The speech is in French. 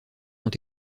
ont